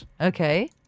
Okay